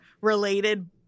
related